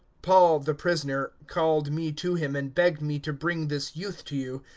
paul, the prisoner, called me to him and begged me to bring this youth to you,